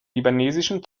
libanesischen